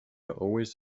always